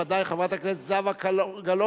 ודאי חברת הכנסת זהבה גלאון,